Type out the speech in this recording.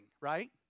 right